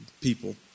people